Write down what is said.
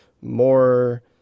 more